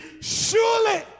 surely